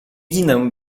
ginę